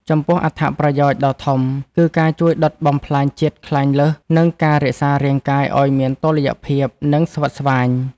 ចំពោះអត្ថប្រយោជន៍ដ៏ធំ គឺការជួយដុតបំផ្លាញជាតិខ្លាញ់លើស និងការរក្សារាងកាយឱ្យមានតុល្យភាព និងស្វិតស្វាញ។